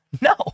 No